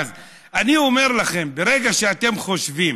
אני אומר לכם, ברגע שאתם חושבים,